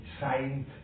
signed